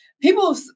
People